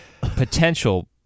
potential